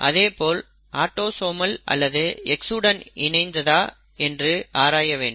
அதேபோல் ஆட்டோசோமல் அல்லது X உடன் இணைந்ததா என்று ஆராய வேண்டும்